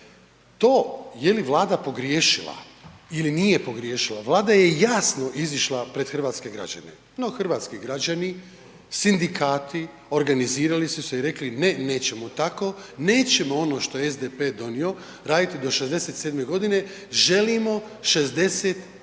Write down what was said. To je li Vlada pogriješila ili nije pogriješila, Vlada je jasno izišla pred hrvatske građane no hrvatski građani, sindikati organizirali su se i rekli ne, nećemo tako, nećemo ono što je SDP donio, raditi do 67 g., želimo 65